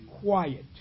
quiet